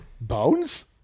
Bones